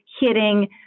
hitting